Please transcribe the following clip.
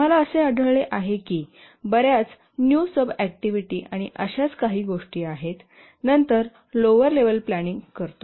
आम्हाला असे आढळले आहे की बर्याच न्यू सबऍक्टिव्हिटी आणि अशाच काही गोष्टी आहेत आणि नंतर लोवर लेव्हल प्लॅनिंग करतो